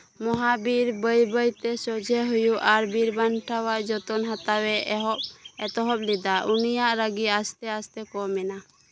ᱢᱚᱦᱟᱵᱤᱨ ᱵᱟᱹᱭ ᱵᱟᱹᱭ ᱛᱮ ᱥᱚᱡᱷᱮ ᱦᱩᱭᱩᱜ ᱟᱨ ᱵᱤᱨ ᱵᱟᱱᱴᱟᱣᱟᱜ ᱡᱚᱛᱚᱱ ᱦᱟᱛᱟᱣ ᱮ ᱮᱦᱚᱵ ᱮᱛᱚᱦᱚᱵ ᱞᱮᱫᱟ ᱟᱨ ᱩᱱᱤᱭᱟᱜ ᱨᱟᱹᱜᱤ ᱵᱟᱹᱭ ᱵᱟᱹᱭ ᱛᱮ ᱠᱚᱢ ᱮᱱᱟ